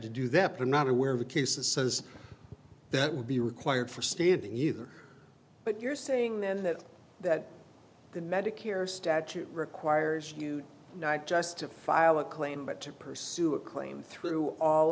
to do that they're not aware of the cases says that would be required for standing either but you're saying then that that the medicare statute requires you know just to file a claim but to pursue a claim through all